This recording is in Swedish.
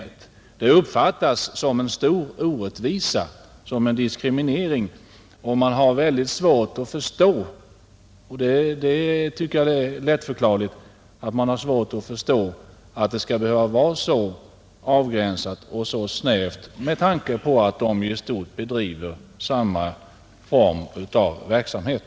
Det här uppfattas som en stor orättvisa och som en diskriminering och man har — vilket jag tycker är lättförklarligt — väldigt svårt att förstå att det skall behöva vara så avgränsat och snävt med tanke på att dessa organisationer i stort bedriver samma form av verksamhet.